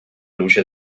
luce